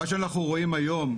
מה שאנחנו רואים היום,